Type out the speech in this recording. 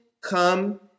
come